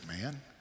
man